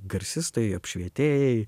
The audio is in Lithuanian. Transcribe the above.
garsistai apšvietėjai